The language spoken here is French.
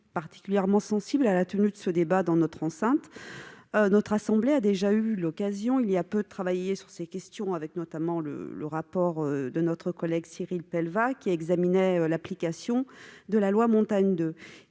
particulièrement sensible à la tenue de ce débat dans notre enceinte. Il y a peu, notre assemblée a déjà eu l'occasion de travailler sur ces questions, avec notamment le rapport d'information de notre collègue Cyril Pellevat, qui examinait l'application de la loi Montagne II.